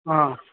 अ